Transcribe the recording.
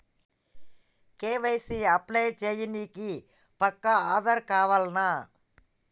KYC apply చేయనీకి పక్కా ఆధార్ కావాల్నా?